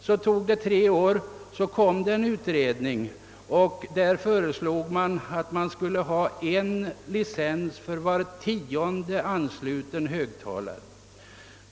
Det gick tre år och därefter framlades en utredning vari föreslogs att licens skulle betalas för var tionde extra högtalare.